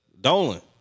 Dolan